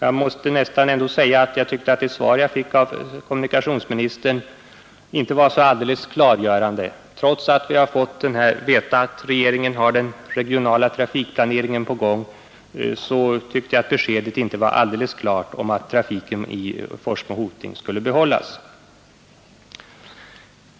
Jag måste ändå säga att jag tycker att det svar jag fick av kommunikationsministern inte var så alldeles klargörande. Trots att vi har fått veta att regeringen har den regionala trafikplaneringen på gång, så tyckte jag att beskedet inte var alldeles klart om att trafiken Forsmo—Hoting skulle behållas.